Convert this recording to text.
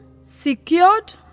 secured